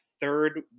third